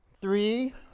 Three